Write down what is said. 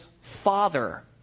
father